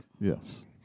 yes